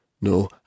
no